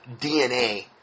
DNA